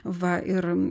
va ir